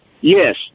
yes